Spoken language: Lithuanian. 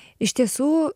iš tiesų